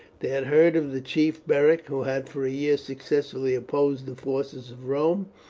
they had heard of the chief, beric, who had for a year successfully opposed the forces of rome,